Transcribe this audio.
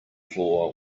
floor